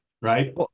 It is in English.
Right